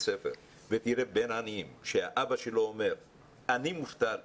ספר ותראה בין עניים שהאבא שלו אומר שהוא מובטל,